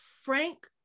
Frank